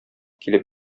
килеп